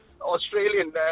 Australian